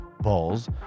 balls